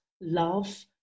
love